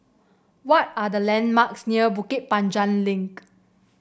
what are the landmarks near Bukit Panjang Link